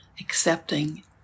accepting